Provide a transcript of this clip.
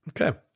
Okay